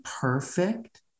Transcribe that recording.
perfect